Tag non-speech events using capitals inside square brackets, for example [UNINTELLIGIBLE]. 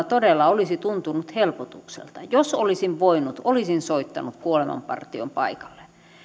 [UNINTELLIGIBLE] todella olisi tuntunut helpotukselta jos olisin voinut olisin soittanut kuolemanpartion paikalle